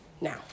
now